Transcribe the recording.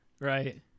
Right